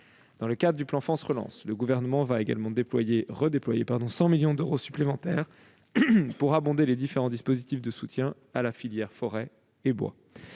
Dans le cadre du plan France Relance, le Gouvernement va également redéployer 100 millions d'euros supplémentaires pour abonder les différents dispositifs de soutien à la filière forêt et bois.